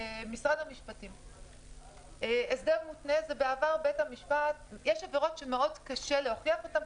הסדר מותנה יש עבירות שקשה מאוד להוכיח אותן,